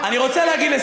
האם זה מספיק?